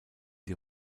die